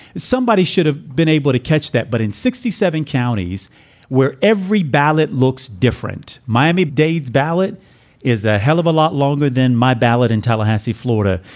somebody should have been able to catch that. but in sixty seven counties where every ballot looks different. miami-dade's ballot is a hell of a lot longer than my ballot in tallahassee, florida.